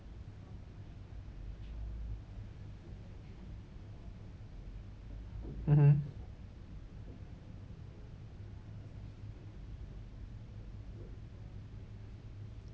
mmhmm